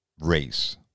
race